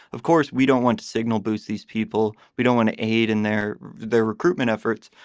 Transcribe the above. of course, we don't want to signal boost these people. we don't want to aid in their their recruitment efforts.